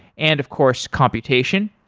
and of course computation.